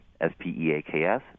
S-P-E-A-K-S